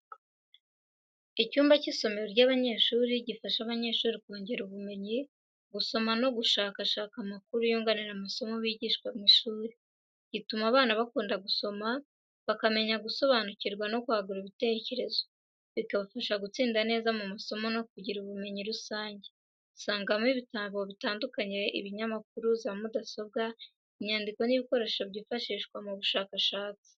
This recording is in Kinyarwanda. Icyumba cy’isomero ry’abanyeshuri gifasha abanyeshuri kongera ubumenyi, gusoma no gushakashaka amakuru yunganira amasomo bigishwa mu ishuri. Gituma abana bakunda gusoma, bakamenya gusobanukirwa no kwagura ibitekerezo, bikabafasha gutsinda neza mu masomo no kugira ubumenyi rusange. Dusangamo ibitabo bitandukanye, ibinyamakuru, za mudasobwa, inyandiko n’ibikoresho byifashishwa mu bushakashatsi.